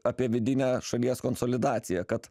apie vidinę šalies konsolidaciją kad